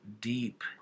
deep